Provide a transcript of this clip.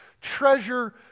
Treasure